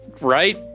right